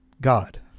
God